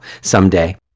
someday